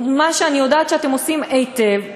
מה שאני יודעת שאתם עושים היטב,